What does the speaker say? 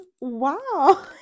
Wow